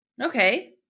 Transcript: Okay